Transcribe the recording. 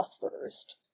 first